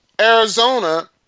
Arizona